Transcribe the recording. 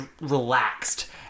relaxed